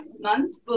month